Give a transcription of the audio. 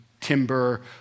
timber